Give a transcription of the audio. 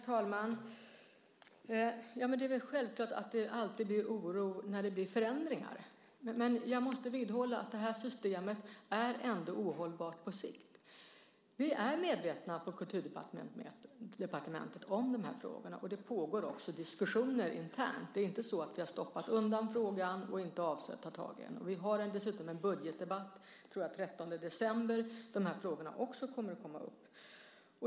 Herr talman! Det är självklart att det alltid blir oro när det blir förändringar, men jag måste vidhålla att det här systemet ändå är ohållbart på sikt. Vi på Kulturdepartementet är medvetna om de här frågorna, och det pågår också diskussioner internt. Det är inte så att vi har stoppat undan frågan och inte avser att ta tag i den. Vi har dessutom en budgetdebatt - jag tror att det är den 13 december - då de här frågorna också kommer att komma upp.